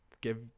give